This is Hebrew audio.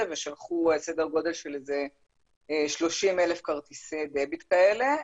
ושלחו סדר גודל של כ-30,000 כרטיסי דביט כאלה.